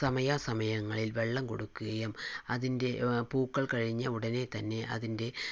സമയാസമയങ്ങളിൽ വെള്ളം കൊടുക്കുകയും അതിൻ്റെ പൂക്കൾ കഴിഞ്ഞ ഉടനെ തന്നെ അതിൻ്റെ